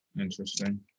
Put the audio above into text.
Interesting